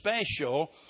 special